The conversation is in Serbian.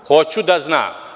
Hoću da znam.